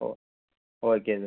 O okay sir